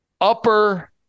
upper